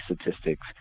statistics